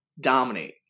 dominate